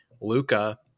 Luca